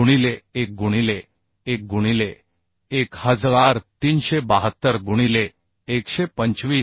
गुणिले 1 गुणिले 1 गुणिले 1372 गुणिले 125